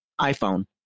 iPhone